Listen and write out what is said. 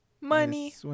Money